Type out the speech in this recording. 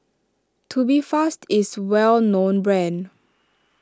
Tubifast is well known brand